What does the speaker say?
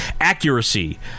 Accuracy